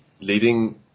leading